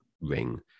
ring